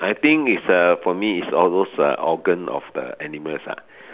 I think it's a for me is all those a organ of the animals ah